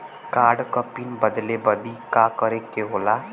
Card क pin बदले बदी का करे के होला?